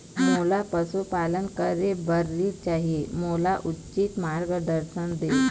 मोला पशुपालन करे बर ऋण चाही, मोला उचित मार्गदर्शन देव?